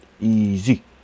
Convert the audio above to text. Easy